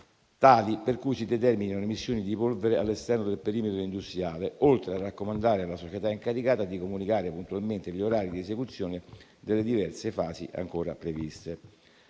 tali per cui si determinino emissioni di polvere all'esterno del perimetro industriale, oltre a raccomandare la società incaricata di comunicare puntualmente gli orari di esecuzione delle diverse fasi ancora previste.